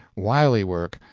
wily work,